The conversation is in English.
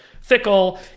fickle